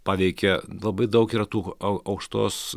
paveikia labai daug yra tų au aukštos